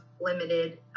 limited